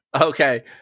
Okay